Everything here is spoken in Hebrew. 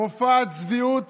מופע צביעות